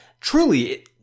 truly